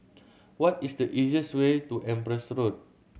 what is the easiest way to Empress Road